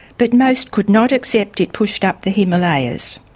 but most could not accept it pushed up the himalayas.